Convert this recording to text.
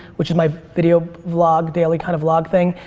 which is my video vlog daily kind of vlog thing,